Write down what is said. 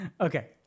okay